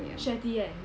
Sharetea kan